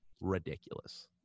ridiculous